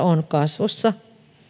on kasvussa